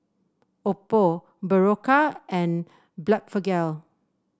Oppo Berocca and Blephagel